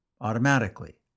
automatically